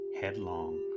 headlong